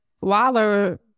Waller